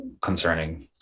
concerning